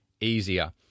easier